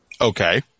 Okay